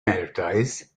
advertise